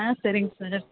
ஆ சரிங்க சார்